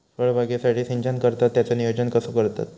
फळबागेसाठी सिंचन करतत त्याचो नियोजन कसो करतत?